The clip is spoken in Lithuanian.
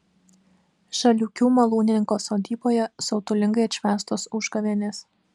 žaliūkių malūnininko sodyboje siautulingai atšvęstos užgavėnės